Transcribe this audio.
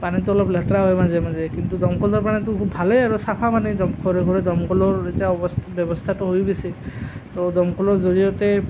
পানীটো অলপ লেতেৰা হয় মাজে মাজে কিন্তু দমকলৰ পানীটো ভালেই আৰু চাফা মানে একদম ঘৰে ঘৰে দমকলৰ এতিয়া অৱস্থা ব্যৱস্থাটো হৈ গৈছে তো দমকলৰ জৰিয়তে